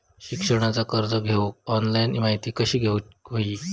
शिक्षणाचा कर्ज घेऊक ऑनलाइन माहिती कशी घेऊक हवी?